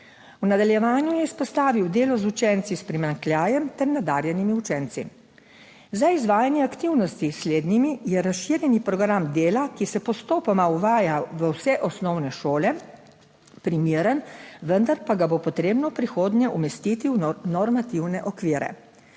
V nadaljevanju je izpostavil delo z učenci s primanjkljajem ter nadarjenimi učenci. Za izvajanje aktivnosti s slednjimi je razširjeni program dela, ki se postopoma uvaja v vse osnovne šole primeren, vendar pa ga bo potrebno v prihodnje umestiti v normativne okvire.